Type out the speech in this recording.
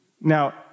Now